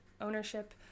ownership